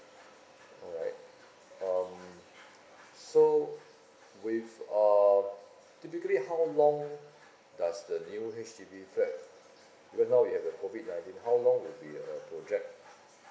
all right um so with uh typically how long does the new H_D_B flat because now we have the COVID nineteen how long will be uh project